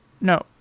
no